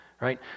right